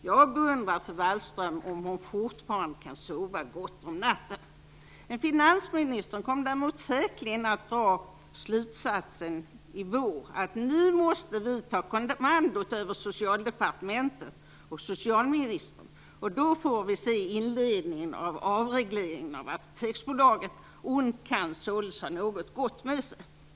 Jag beundrar fru Wallström om hon fortfarande kan sova gott om natten. Finansministern kommer däremot säkerligen i vår att dra slutsatsen att han måste ta kommandot över Socialdepartementet och socialministern. Och då får vi se inledningen av avregleringen av Apoteksbolaget. Ont kan således ha något gott med sig.